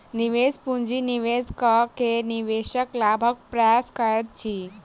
निवेश पूंजी निवेश कअ के निवेशक लाभक प्रयास करैत अछि